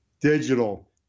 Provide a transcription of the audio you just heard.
digital